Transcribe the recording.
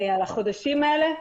על החודשים האלה.